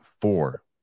four